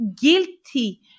guilty